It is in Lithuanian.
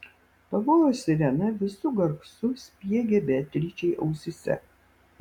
pavojaus sirena visu garsu spiegė beatričei ausyse